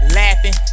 laughing